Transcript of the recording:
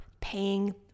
paying